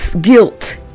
Guilt